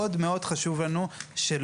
מאוד מאוד חשוב לנו שלא,